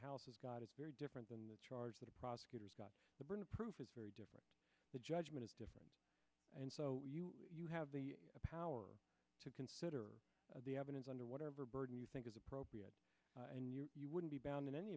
house has got is very different than the charge that the prosecutors got the burden of proof is very different the judgment is different and so you have the power to consider the evidence under whatever burden you think is appropriate in your you would be bound in any